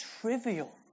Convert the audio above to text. trivial